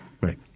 Right